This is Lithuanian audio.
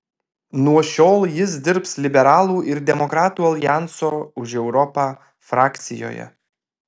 nuo šiol jis dirbs liberalų ir demokratų aljanso už europą frakcijoje